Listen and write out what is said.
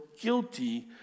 guilty